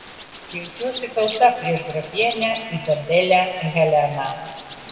jaučiuosi kalta prieš grafienę izabelę heleną